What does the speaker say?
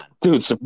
dude